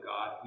God